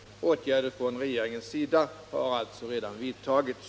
Åtgärder från regeringens sida har alltså redan vidtagits.